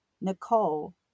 Nicole